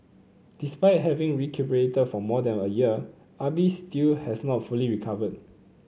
despite having recuperated for more than a year Ah Bi still has not fully recovered